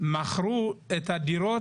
מכרו את הדירות.